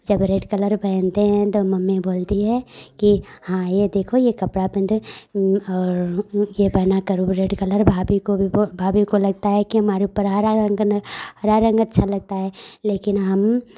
जब red colour पहनते हैं तो मम्मी बोलती है कि हाँ ये देखो ये कपड़ा पेंट है और यह पहना करो रेड कलर भाभी को भी वो भाभी को लगता है कि हमारे ऊपर हरा रंग न हरा रंग अच्छा लगता है लेकिन हम